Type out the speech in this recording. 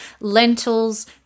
lentils